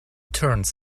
turns